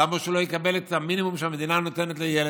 למה שהוא לא יקבל את המינימום שהמדינה נותנת לילד?